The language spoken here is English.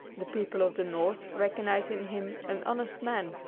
the people of the north recognize in him an honest man,